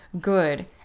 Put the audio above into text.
good